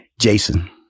Jason